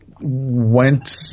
went